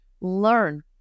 learn